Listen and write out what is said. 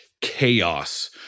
chaos